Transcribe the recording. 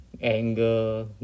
anger